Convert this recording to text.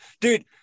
dude